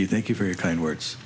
you thank you for your kind words